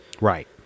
Right